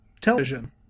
television